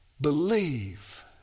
believe